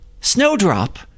Snowdrop